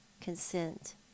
consent